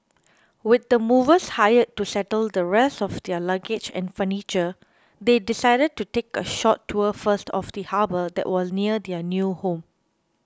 with the movers hired to settle the rest of their luggage and furniture they decided to take a short tour first of the harbour that was near their new home